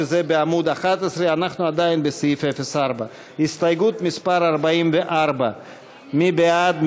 שזה בעמוד 11. אנחנו עדיין בסעיף 04. הסתייגות מס' 44. מי בעד?